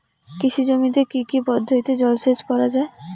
কৃষি জমিতে কি কি পদ্ধতিতে জলসেচ করা য়ায়?